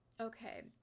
Okay